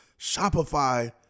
Shopify